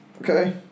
Okay